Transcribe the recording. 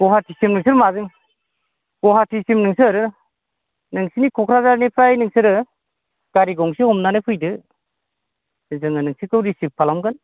गुवाटिसिम नोंसोर माजों गुवाटिसिम नोंसोर नोंसिनि क'क्राझारनिफ्राय नोंसोरो गारि गंसे हमनानै फैदो जोङो नोंसोरखौ रिसिभ खालामगोन